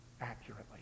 accurately